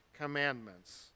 commandments